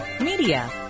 media